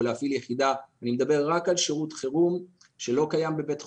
להפעיל יחידה אני מדבר רק על שירות חירום שלא קיים בבית חולים.